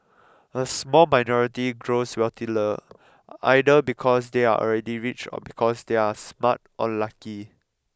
a small minority grows wealthier either because they are already rich or because they are smart or lucky